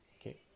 Okay